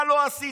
מה לא עשית.